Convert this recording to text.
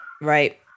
Right